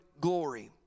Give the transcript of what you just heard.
glory